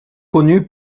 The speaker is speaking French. connu